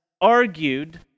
argued